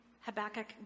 Habakkuk